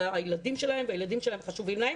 אלה הילדים שלהם והילדים שלהם חשובים להם,